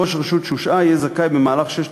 ראש רשות שהושעה יהיה זכאי במהלך ששת